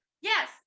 Yes